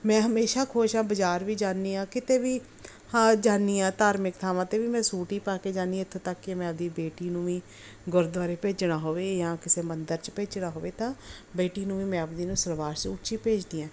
ਮੈਂ ਹਮੇਸ਼ਾਂ ਖੁਸ਼ ਹਾਂ ਬਾਜ਼ਾਰ ਵੀ ਜਾਂਦੀ ਹਾਂ ਕਿਤੇ ਵੀ ਹਾਂ ਜਾਂਦੀ ਹਾਂ ਧਾਰਮਿਕ ਥਾਵਾਂ 'ਤੇ ਵੀ ਮੈਂ ਸੂਟ ਹੀ ਪਾ ਕੇ ਜਾਂਦੀ ਹਾਂ ਇੱਥੋਂ ਤੱਕ ਕਿ ਮੈਂ ਆਪਣੀ ਬੇਟੀ ਨੂੰ ਵੀ ਗੁਰਦੁਆਰੇ ਭੇਜਣਾ ਹੋਵੇ ਜਾਂ ਕਿਸੇ ਮੰਦਿਰ 'ਚ ਭੇਜਣਾ ਹੋਵੇ ਤਾਂ ਬੇਟੀ ਨੂੰ ਵੀ ਮੈਂ ਆਪਣੀ ਨੂੰ ਸਲਵਾਰ ਸੂਟ 'ਚ ਹੀ ਭੇਜਦੀ ਹਾਂ